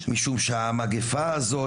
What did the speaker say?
משום שהמגיפה הזו,